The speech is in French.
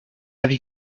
avis